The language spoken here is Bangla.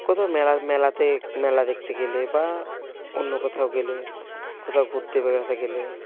কোথাও মেলা মেলাতে মেলা দেখতে গেলে বা অন্য কোথাও গেলে কোথাও ঘুরতে বেড়াতে গেলে